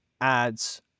ads